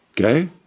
Okay